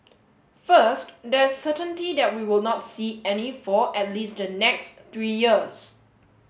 first there is certainty that we will not see any for at least the next three years